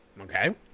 Okay